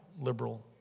liberal